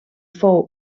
fou